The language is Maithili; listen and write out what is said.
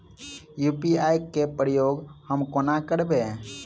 यु.पी.आई केँ प्रयोग हम कोना करबे?